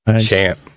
champ